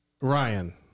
Ryan